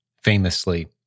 Famously